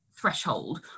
threshold